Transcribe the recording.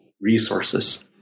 resources